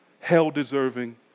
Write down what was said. hell-deserving